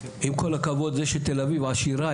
עם כל הכבוד זה שתל אביב עשירה,